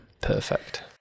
perfect